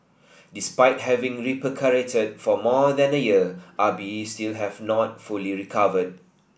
despite having recuperated for more than a year Ah Bi still have not fully recovered